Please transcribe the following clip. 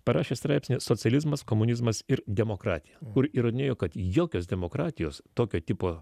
parašė straipsnį socializmas komunizmas ir demokratija kur įrodinėjo kad jokios demokratijos tokio tipo